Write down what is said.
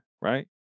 right